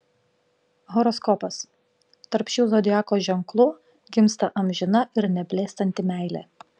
horoskopas tarp šių zodiako ženklų gimsta amžina ir neblėstanti meilė